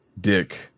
Dick